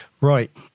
Right